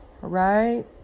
right